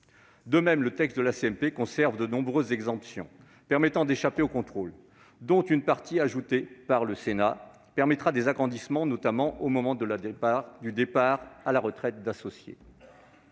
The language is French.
commission mixte paritaire conserve de nombreuses exemptions permettant d'échapper au contrôle, dont une partie, ajoutée par le Sénat, autorisera des agrandissements, notamment au moment du départ à la retraite d'associés.